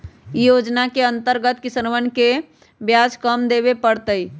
ई योजनवा के अंतर्गत किसनवन के ब्याज कम देवे पड़ तय